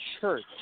church